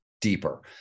deeper